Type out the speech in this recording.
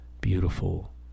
beautiful